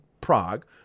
Prague